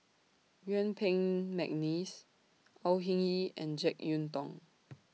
Yuen Peng Mcneice Au Hing Yee and Jek Yeun Thong